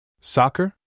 Soccer